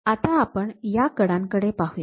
तर आता आपण या कडांकडे पाहूया